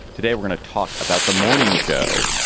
today, we're gonna talk about the morning show,